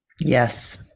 Yes